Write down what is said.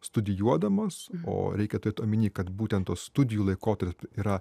studijuodamas o reikia turėti omeny kad būtent tos studijų laikotarp yra